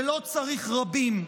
ולא צריך רבים,